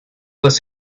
this